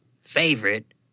favorite